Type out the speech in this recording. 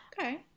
Okay